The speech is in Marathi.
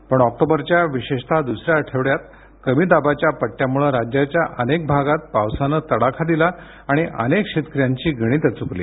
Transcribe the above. पण ऑक्टोबरच्या विशेषतः दुसऱ्या आठवड्यात कमी दाबाच्या पट्टयामुळं राज्याच्या अनेक भागात पावसानं तडाखा दिला आणि अनेक शेतकऱ्यांची गणितं चुकली